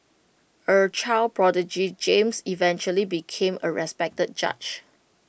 A child prodigy James eventually became A respected judge